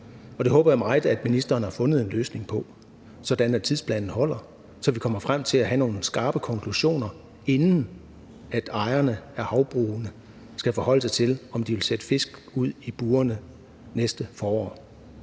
Det håber jeg meget ministeren har fundet en løsning på, sådan at tidsplanen holder, så vi kommer frem til at have nogle skarpe konklusioner, inden ejerne af havbrugene skal forholde sig til, om de vil sætte fisk ud i burene næste forår.